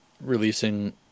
releasing